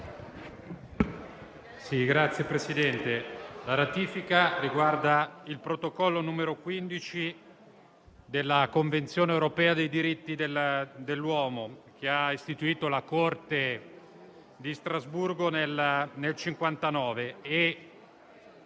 esame riguarda il Protocollo n. 15 della Convenzione europea dei diritti dell'uomo che ha istituito la Corte di Strasburgo nel 1959,